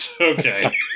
okay